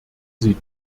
sie